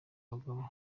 abagabo